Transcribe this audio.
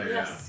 Yes